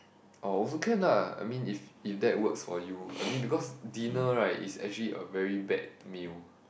oh also can lah I mean if if that works for you I mean because dinner right is actually a very bad meal